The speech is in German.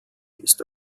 ist